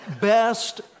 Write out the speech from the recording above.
best